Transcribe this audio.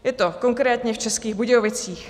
Je to konkrétně v Českých Budějovicích.